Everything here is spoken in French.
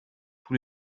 tous